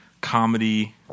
Comedy